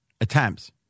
Attempts